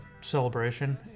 celebration